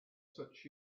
touched